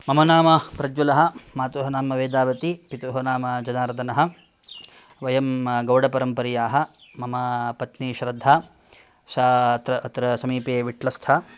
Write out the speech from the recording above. मम नाम प्रज्ज्वलः मातुः नाम वेदावती पितुः नाम जनार्दनः वयं गौडपरंपरीयाः मम पत्नी श्रद्धा सा अत्र अत्र समीपे विट्टलस्था